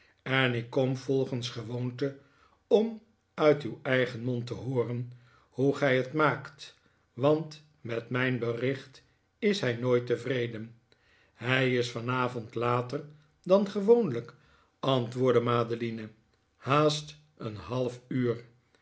en ik kom volgens gewoonte om uit uw eigen mond te hooren hoe gij het maakt want met mijn bericht is hij nooit tevreden hij is vanavond later dan gewoonlijk antwoordde madeline haast een half uur